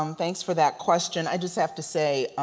um thanks for that question. i just have to say